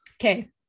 Okay